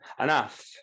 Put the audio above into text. enough